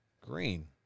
Green